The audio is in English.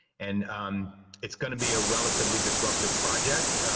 and it's gonna be a relatively disruptive project,